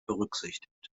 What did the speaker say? berücksichtigt